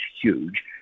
huge